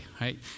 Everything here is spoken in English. right